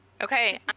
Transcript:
Okay